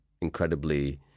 incredibly